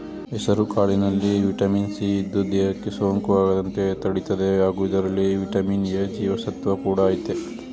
ಹೆಸುಕಾಳಿನಲ್ಲಿ vitamin C ಇದ್ದು, ದೇಹಕ್ಕೆ ಸೋಂಕು ಆಗದಂತೆ ತಡಿತದೆ ಹಾಗೂ ಇದರಲ್ಲಿ ವಿಟಮಿನ್ ಎ ಜೀವಸತ್ವ ಕೂಡ ಆಯ್ತೆ